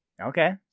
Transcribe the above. Okay